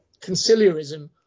conciliarism